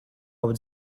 would